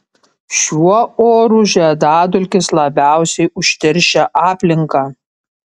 šiuo oru žiedadulkės labiausiai užteršia aplinką